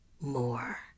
more